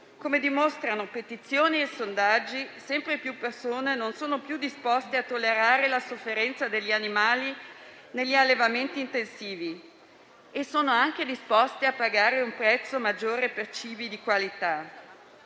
Come dimostrano petizioni e sondaggi, sempre più persone non sono più disposte a tollerare la sofferenza degli animali negli allevamenti intensivi e sono anche disposte a pagare un prezzo maggiore per cibi di qualità.